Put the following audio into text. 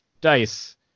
DICE